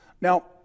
Now